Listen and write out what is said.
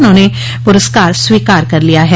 उन्होंने पुरस्कार स्वीकार कर लिया है